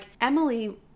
Emily